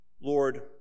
Lord